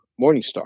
Morningstar